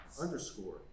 underscore